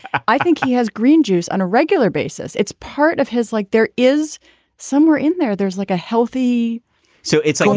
i think he has green juice on a regular basis. it's part of his like there is somewhere in there there's like a healthy so it's like